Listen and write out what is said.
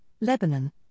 Lebanon